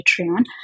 Patreon